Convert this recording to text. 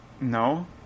no